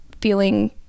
feeling